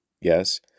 Yes